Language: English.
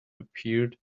appeared